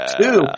two